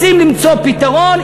רוצים למצוא פתרון?